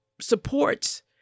supports